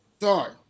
Sorry